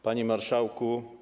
Panie Marszałku!